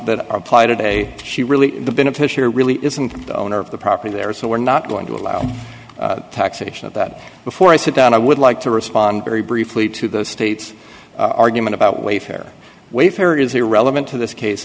that apply today she really the beneficiary really isn't the owner of the property there so we're not going to allow taxation of that before i sit down i would like to respond very briefly to those states argument about wayfair wayfarer is irrelevant to this case